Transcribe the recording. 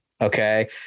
Okay